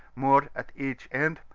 moored at each end,